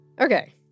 Okay